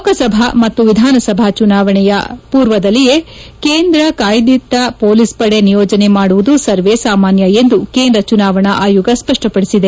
ಲೋಕಸಭಾ ಮತ್ತು ವಿಧಾನಸಭಾ ಚುನಾವಣೆಯ ಪೂರ್ವದಲ್ಲಿಯೇ ಕೇಂದ್ರ ಕಾಯ್ದಿಟ್ಟ ಪೊಲೀಸ್ ಪಡೆ ನಿಯೋಜನೆ ಮಾಡುವುದು ಸರ್ವೇ ಸಾಮಾನ್ಯ ಎಂದು ಕೇಂದ ಚುನಾವಣಾ ಆಯೋಗ ಸ್ಪಷ್ಟಪಡಿಸಿದೆ